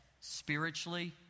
Spiritually